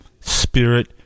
spirit